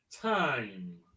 time